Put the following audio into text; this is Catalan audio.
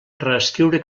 reescriure